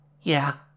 Yeah